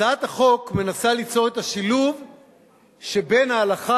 הצעת החוק מנסה ליצור את השילוב שבין ההלכה